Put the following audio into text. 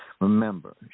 Remember